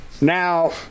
Now